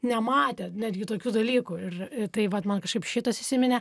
nematę netgi tokių dalykų ir tai vat man kažkaip šitas įsiminė